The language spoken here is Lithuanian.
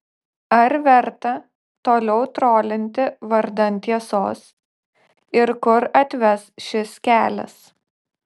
ar verta toliau trolinti vardan tiesos ir kur atves šis kelias